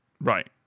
Right